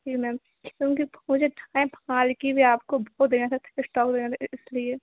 जी ma'am तो उनके आपको वह देना था इस्टॉक देना था इसलिए